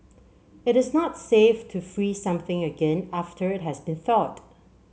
it is not safe to freeze something again after it has been thawed